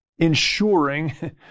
ensuring